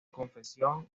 confesión